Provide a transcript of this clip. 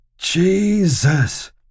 Jesus